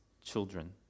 children